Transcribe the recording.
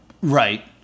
right